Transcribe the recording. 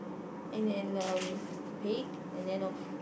and then um pig and then of